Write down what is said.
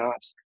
ask